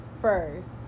First